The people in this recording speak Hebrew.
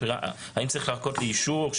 האם צריך לחכות לאישור,